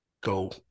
go